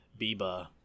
Biba